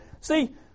See